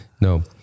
no